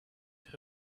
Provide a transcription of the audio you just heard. who